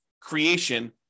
creation